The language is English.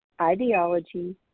ideology